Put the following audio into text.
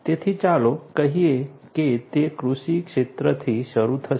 તેથી ચાલો કહીએ કે તે કૃષિ ક્ષેત્રથી શરૂ થશે